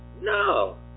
No